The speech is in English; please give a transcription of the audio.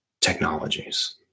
technologies